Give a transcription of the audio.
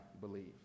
believe